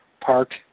Park